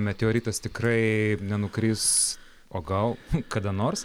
meteoritas tikrai nenukris o gal kada nors